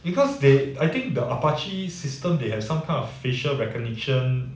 because they I think the apache system they have some kind of facial recognition